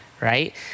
right